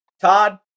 Todd